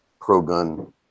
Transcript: pro-gun